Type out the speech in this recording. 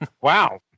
Wow